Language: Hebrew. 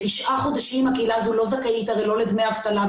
תשעה חודשים הקהילה הזאת לא זכאית לדמי אבטלה,